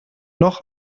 noch